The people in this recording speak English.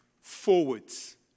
forwards